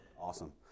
Awesome